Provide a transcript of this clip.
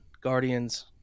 Guardians